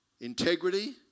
Integrity